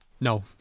No